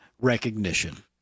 recognition